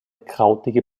krautige